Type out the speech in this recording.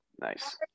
Nice